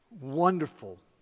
Wonderful